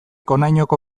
honainoko